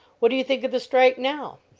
what do you think of the strike now?